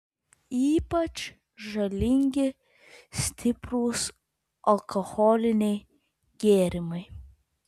ypač žalingi stiprūs alkoholiniai gėrimai